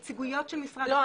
בנציגויות של משרד החוץ --- רגע,